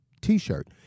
T-shirt